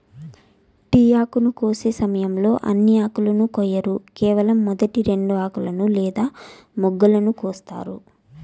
tea ఆకును కోసే సమయంలో అన్ని ఆకులను కొయ్యరు కేవలం మొదటి రెండు ఆకులను లేదా మొగ్గలను కోస్తారు